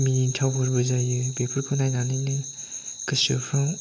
मिनिथावफोरबो जायो बेफोरखौ नायनानैनो गोसोफ्राव